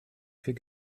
viel